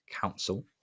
Council